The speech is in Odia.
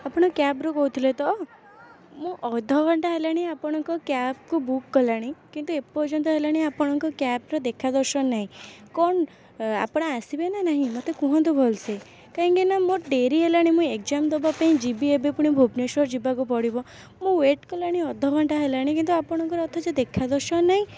ଆପଣ କ୍ୟାବ୍ରୁ କହୁଥିଲେ ତ ମୁଁ ଅଧଘଣ୍ଟା ହେଲାଣି ଆପଣଙ୍କ କ୍ୟାବ୍କୁ ବୁକ୍ କଲିଣି କିନ୍ତୁ ଏ ପର୍ଯ୍ୟନ୍ତ ହେଲାଣି ଆପଣଙ୍କ କ୍ୟାବ୍ର ଦେଖାଦର୍ଶନ ନାହିଁ କ'ଣ ଆପଣ ଆସିବେ ନା ନାହିଁ ମୋତେ କୁହନ୍ତୁ ଭଲସେ କାଇଁକିନା ମୋର ଡେରି ହେଲାଣି ମୁଁ ଏଗ୍ଜାମ୍ ଦେବା ପାଇଁ ଯିବି ଏବେ ପୁଣି ଭୁବନେଶ୍ୱର ଯିବାକୁ ପଡ଼ିବ ମୁଁ ୱେଟ୍ କଲେଣି ଅଧଘଣ୍ଟା ହେଲାଣି କିନ୍ତୁ ଆପଣଙ୍କର ଅଥଚ ଦେଖାଦର୍ଶନ ନାହିଁ